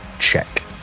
Check